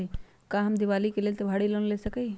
का हम दीपावली के लेल त्योहारी लोन ले सकई?